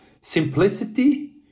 simplicity